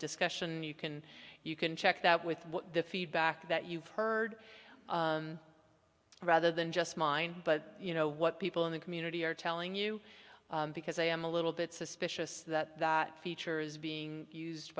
discussion and you can you can check that with the feedback that you've heard rather than just mine but you know what people in the community are telling you because i am a little bit suspicious that that feature is being used